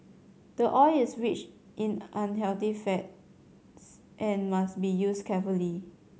the oil is rich in unhealthy fats and must be used carefully